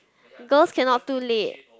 girls cannot too late